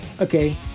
Okay